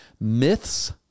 Myths